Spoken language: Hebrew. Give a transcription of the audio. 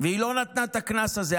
והיא לא נתנה את הקנס הזה,